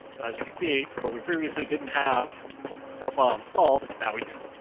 as you can see where we previously didn't have a profile installed. now we do.